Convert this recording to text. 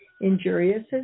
injurious